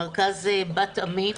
מרכז בת עמי.